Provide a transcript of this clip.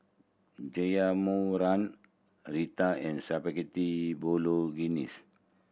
Raita and Spaghetti Bolognese